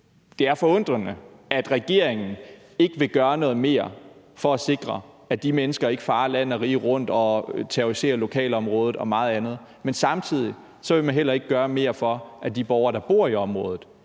det er forundrende, at regeringen ikke vil gøre noget mere for at sikre, at de mennesker ikke farer land og rige rundt og terroriserer lokalområdet og meget andet, men samtidig heller ikke vil gøre mere for, at de borgere, der bor i området,